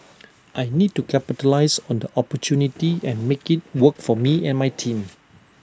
I need to capitalise on the opportunity and make IT work for me and my team